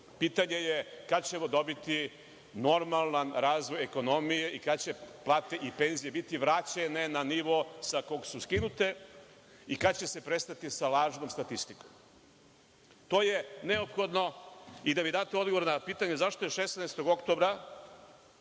Pitanje je, kada ćemo dobiti normalan razvoj ekonomije i kada će plate i penzije biti vraćene na nivo sa kog su skinute i kada će se prestati sa lažnom statistikom? To je neophodno i da mi date odgovor na pitanje, zašto je 16. oktobra